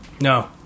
No